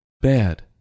Bad